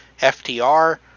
FDR